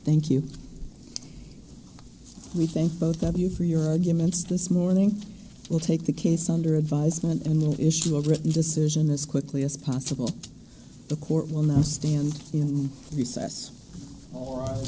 thank you we thank both of you for your arguments this morning will take the case under advisement and the issue of written decision as quickly as possible the court will now stand in recess or